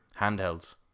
handhelds